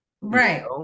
Right